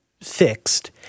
fixed